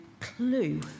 clue